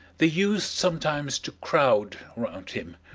they used sometimes to crowd round him,